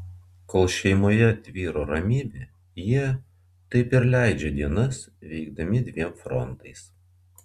kol šeimoje tvyro ramybė jie taip ir leidžia dienas veikdami dviem frontais